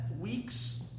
weeks